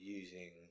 using